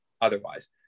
otherwise